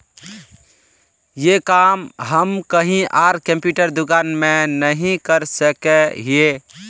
ये काम हम कहीं आर कंप्यूटर दुकान में नहीं कर सके हीये?